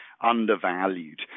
undervalued